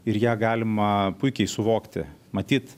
ir ją galima puikiai suvokti matyt